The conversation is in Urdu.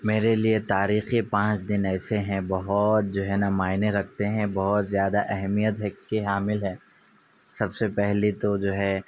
میرے لیے تاریخی پانچ دن ایسے ہیں بہت جو ہیں نا مائنے رکھتے ہیں بہت زیادہ اہمیت کے حامل ہیں سب سے پہلی تو جو ہے